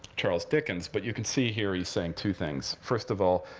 charles dickens. but you can see here he's saying two things. first of all,